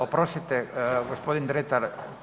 Oprostite, gospodin Dretar